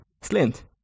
slint